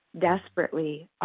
Desperately